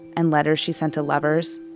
and letters she'd sent to lovers.